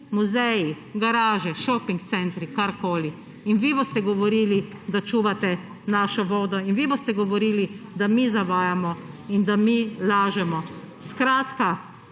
muzeji, garaže, šoping centri. Karkoli. In vi boste govorili, da čuvate našo vodo, in vi boste govorili, da mi zavajamo in da mi lažemo. Skratka,